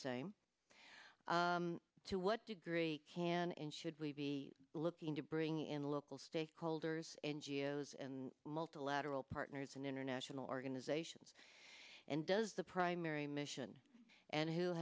same to what degree can and should we be looking to bring in local stakeholders n g o s and multilateral partners and international organizations and does the primary mission and who